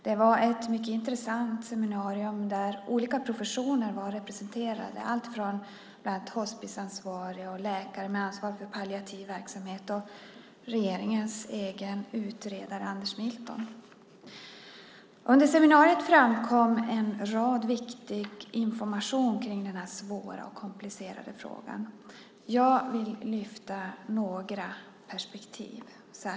Det var ett mycket intressant seminarium där olika professioner var representerade som hospisansvariga och läkare med ansvar för palliativ verksamhet och regeringens egen utredare Anders Milton. Under seminariet framkom viktig information kring den här svåra och komplicerade frågan. Jag vill lyfta fram några perspektiv.